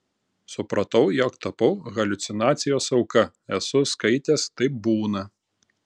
supratau jog tapau haliucinacijos auka esu skaitęs taip būna